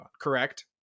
Correct